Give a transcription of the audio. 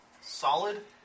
solid